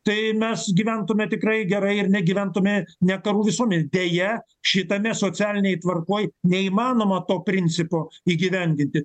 tai mes gyventume tikrai gerai ir negyventume ne karų visuomenėj deja šitame socialinėj tvarkoj neįmanoma to principo įgyvendinti